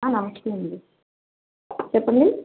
నమస్తే అండి చెప్పండి